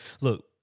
look